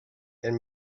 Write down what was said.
and